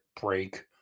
break